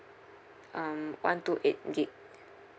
um one two eight gig